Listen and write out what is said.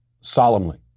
solemnly